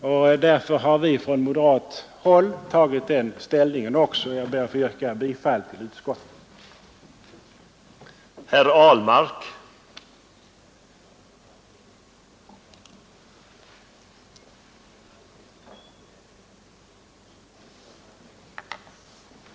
Fördenskull har vi från moderat håll tagit den ställningen vi gjort, och jag ber att få yrka bifall till utskottets hemställan.